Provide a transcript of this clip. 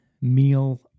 meal